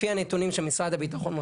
לפי נתונים של משרד הביטחון,